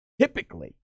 Typically